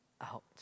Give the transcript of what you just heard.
out